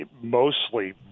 mostly